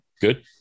good